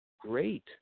great